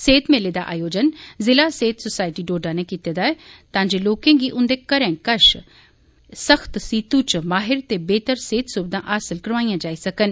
सेहत मेले दा आयोजन जिला सेहत सोसाइटी डोडा नै कीते दा ऐ तां जे लोकें गी उन्दे घरें कश सख्त सीत च माहिर ते बेहतर सेहत सुविधा हासिल करोआइयां जाई सकन